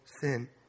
sin